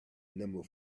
number